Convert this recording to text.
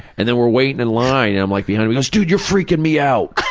and then we're waiting in line and i'm like behind me he's, dude, you're freaking me out!